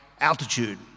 altitude